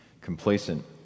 complacent